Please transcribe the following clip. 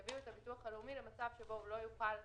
יביאו את הביטוח לאומי למצב שהוא לא יוכל,